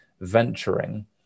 venturing